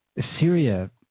Syria